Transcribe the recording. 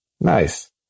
Nice